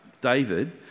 David